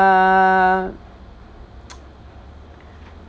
uh